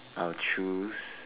I'll choose